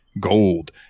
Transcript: gold